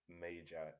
major